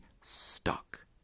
stuck